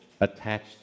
attached